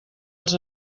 els